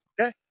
Okay